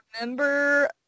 remember